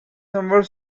somewhat